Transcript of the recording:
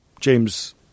James